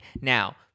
Now